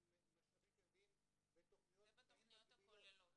משאבים שמביאים בתכניות --- זה בתכניות הכוללות.